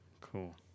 Cool